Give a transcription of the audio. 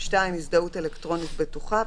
-- (2) הזדהות אלקטרונית בטוחה,